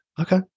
Okay